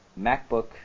Macbook